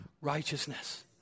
righteousness